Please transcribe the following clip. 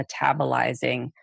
metabolizing